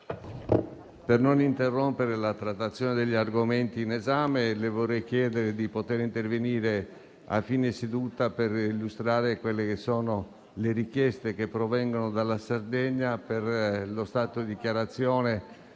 per consentire la trattazione degli argomenti in esame, le vorrei chiedere di poter intervenire a fine seduta per illustrare le richieste che provengono dalla Sardegna a seguito della dichiarazione